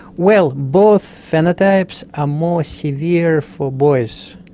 well, both phenotypes are more severe for boys.